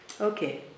Okay